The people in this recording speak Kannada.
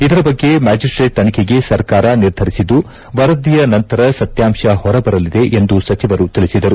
ಇದರ ಬಗ್ಗೆ ಮ್ಯಾಜಿಸ್ಷೇಟ್ ತನಿಖೆಗೆ ಸರ್ಕಾರ ನಿರ್ಧರಿಸಿದ್ದು ವರದಿಯ ನಂತರ ಸತ್ಲಾಂಶ ಹೊರಬರಲಿದೆ ಎಂದು ಸಚಿವರು ತಿಳಿಸಿದರು